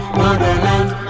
motherland